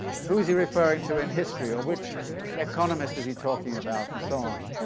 who is he referring to in history, or which economist is he talking about and so on.